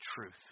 truth